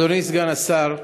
אדוני סגן השר,